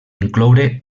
incloure